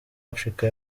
africa